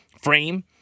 frame